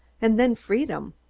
and then freedom.